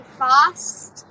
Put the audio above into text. fast